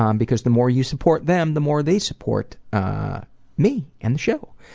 um because the more you support them, the more they support me and the show.